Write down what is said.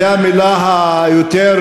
זו המילה היותר